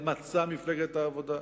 למצע מפלגת העבודה.